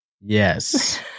Yes